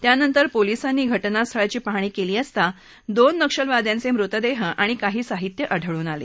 त्यानंतर पोलिसांनी घटनास्थळी पाहणी केली असता दोन नक्षल्यांचे मृतदेह आणि काही साहित्य आढळून आलं